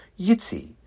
Yitzi